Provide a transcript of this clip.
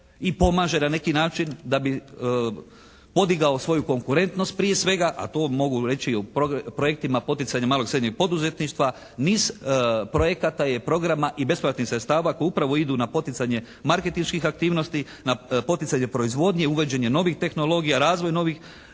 i pomaže na neki način da bi podigao svoju konkurentnost prije svega a to mogu reći o projektima poticanja malog i srednjeg poduzetništva. Niz projekata je i programa i besplatnih sredstava koja upravo idu na poticanje marketinških aktivnosti, na poticanje proizvodnje, uvođenje novih tehnologija. Razvoj novih